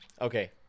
Okay